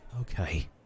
Okay